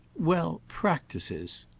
well practices.